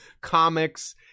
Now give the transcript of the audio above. comics